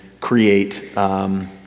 create